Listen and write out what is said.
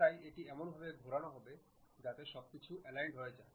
তাই এটা এমনভাবে ঘোরানো হবে যাতে সবকিছু অ্যালাইন্ড হয়ে যায়